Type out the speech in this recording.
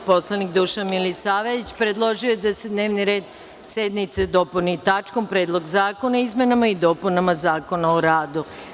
Narodni poslanik Dušan Milisavljević predložio je da se dnevni red sednice dopuni tačkom Predlog zakona o izmenama i dopunama Zakona o radu.